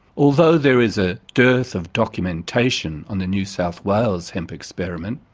although there is a dearth of documentation on the new south wales hemp experiment,